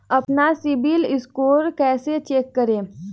अपना सिबिल स्कोर कैसे चेक करें?